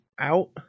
out